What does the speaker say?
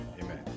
Amen